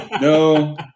No